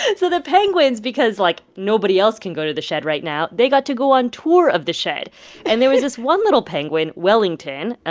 and so the penguins, because, like, nobody else can go to the shedd right now, they got to go on tour of the shedd and there was this one little penguin, wellington,